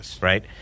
Right